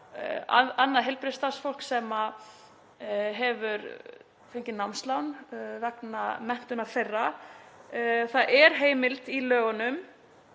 annað heilbrigðisstarfsfólk sem hefur fengið námslán vegna menntunar sinnar. Það er heimild í lögunum